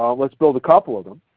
um let's build a couple of them.